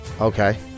okay